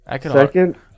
Second